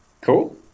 cool